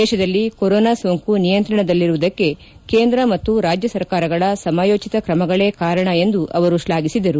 ದೇಶದಲ್ಲಿ ಕೊರೊನಾ ಸೋಂಕು ನಿಯಂತ್ರಣದಲ್ಲಿರುವುದಕ್ಕೆ ಕೇಂದ್ರ ಮತ್ತು ರಾಜ್ಯ ಸರ್ಕಾರಗಳ ಸಮಯೋಚಿತ ಕ್ರಮಗಳೇ ಕಾರಣ ಎಂದು ಅವರು ಶ್ಲಾಘಿಸಿದರು